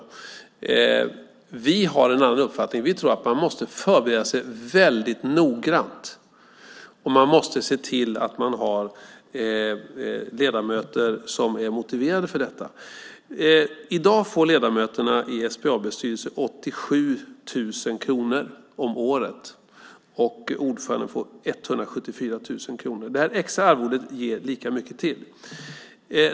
Vi har en annan uppfattning. Vi tror att man måste förbereda sig väldigt noggrant, och man måste se till att man har ledamöter som är motiverade för detta. I dag får ledamöterna i SBAB:s styrelse 87 000 kronor om året, och ordföranden får 174 000 kronor. Det här extra arvodet ger lika mycket till.